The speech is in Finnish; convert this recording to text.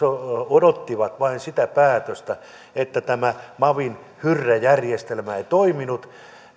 odottivat vain sitä päätöstä kun tämä mavin hyrrä järjestelmä ei toiminut